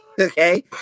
okay